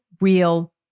real